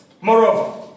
Moreover